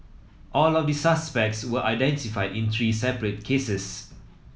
all of the suspects were identified in three separate cases